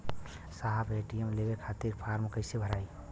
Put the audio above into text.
साहब ए.टी.एम लेवे खतीं फॉर्म कइसे भराई?